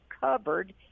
covered